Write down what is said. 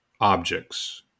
objects